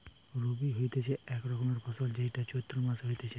রবি হতিছে এক রকমের ফসল যেইটা চৈত্র মাসে হতিছে